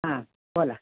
हा बोला